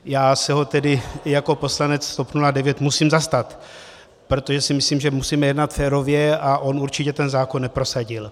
Já se ho tedy i jako poslanec TOP 09 musím zastat, protože si myslím, že musíme jednat férově, a on určitě ten zákon neprosadil.